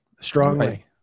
Strongly